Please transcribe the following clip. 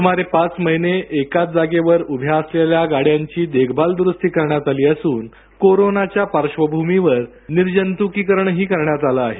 सुमारे पाच महिने एकाच जागेवर उभ्या असलेल्या गाड्यांची देखभाल द्रुस्ती करण्यात आली असून कोरोनाच्या पार्श्वभूमीवर निर्जंतुकीकरणही करण्यात आले आहे